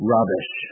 Rubbish